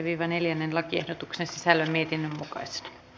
lakiehdotuksen sisällön mietinnön mukaisena